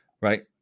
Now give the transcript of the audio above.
right